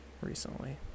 recently